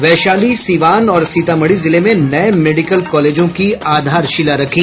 वैशाली सीवान और सीतामढ़ी जिले में नये मेडिकल कॉलेजों की आधारशिला रखी